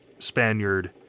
Spaniard